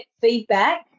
feedback